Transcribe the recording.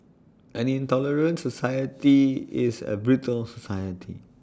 an intolerant society is A brittle society